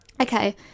Okay